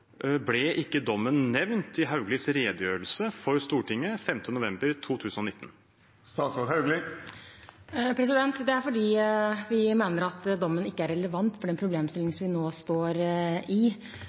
ble ikke dommen nevnt i Hauglies redegjørelse for Stortinget 5. november 2019? Det er fordi vi mener at dommen ikke er relevant for den problemstillingen